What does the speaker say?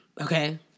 Okay